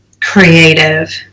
creative